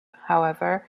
however